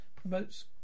Promotes